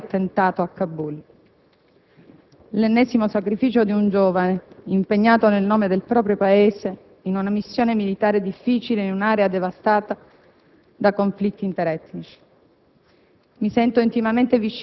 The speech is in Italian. rimasto vittima di un vile attentato a Kabul. L'ennesimo sacrificio di un giovane impegnato nel nome del proprio Paese in una missione militare difficile, in un'area devastata da conflitti interetnici.